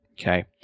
okay